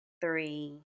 three